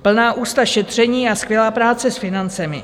Plná ústa šetření a skvělá práce s financemi.